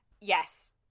yes